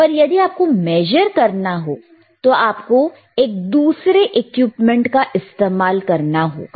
पर यदि आपको मेजर करना हो तो आपको एक दूसरे एक्यूपमेंट का इस्तेमाल करना होगा